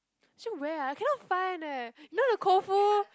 actually where ah I cannot find eh you know the Koufu